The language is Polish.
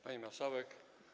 Pani Marszałek!